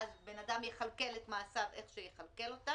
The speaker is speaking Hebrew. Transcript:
ואז בן אדם יכלכל את מעשיו איך שיכלכל אותם,